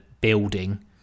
building